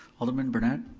alderman brunette?